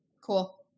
Cool